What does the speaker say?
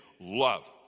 Love